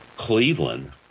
Cleveland